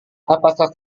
apakah